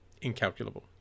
incalculable